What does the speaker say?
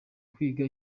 kwiga